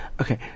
Okay